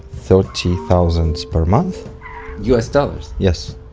thirty thousand per month u s. dollars yes